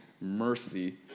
mercy